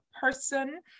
person